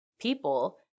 people